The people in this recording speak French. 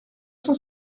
cent